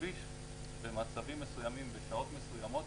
הכביש במצבים מסוימים ושעות מסוימות